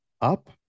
up